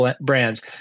brands